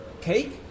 Cake